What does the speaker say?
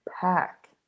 pack